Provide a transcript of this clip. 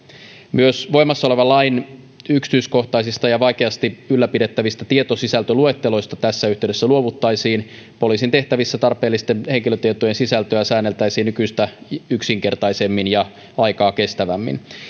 myös voimassa olevan lain yksityiskohtaisista ja vaikeasti ylläpidettävistä tietosisältöluetteloista tässä yhteydessä luovuttaisiin poliisin tehtävissä tarpeellisten henkilötietojen sisältöä säänneltäisiin nykyistä yksinkertaisemmin ja aikaa kestävämmin